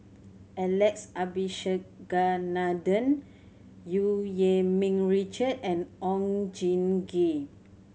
Alex Abisheganaden Eu Yee Ming Richard and Oon Jin Gee